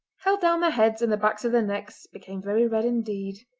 held down their heads and the backs of their necks became very red indeed.